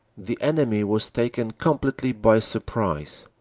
the enemy was taken completely by surprise,